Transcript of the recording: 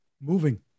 moving